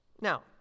Now